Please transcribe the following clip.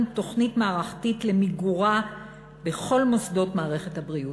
תוכנית מערכתית למיגורה בכל מוסדות מערכת הבריאות.